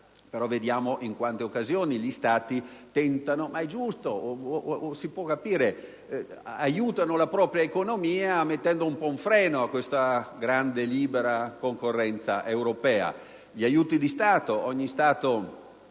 però vediamo in quante occasioni gli Stati tentano - è giusto o, almeno, si può capire - di aiutare la propria economia, mettendo un po' un freno a questa grande e libera concorrenza europea. Con riguardo agli aiuti di Stato, ogni Stato